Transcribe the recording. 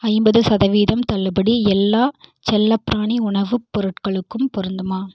ஐம்பது சதவீதம் தள்ளுபடி எல்லா செல்லப்பிராணி உணவுப் பொருட்களுக்கும் பொருந்துமா